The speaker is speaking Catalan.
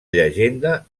llegenda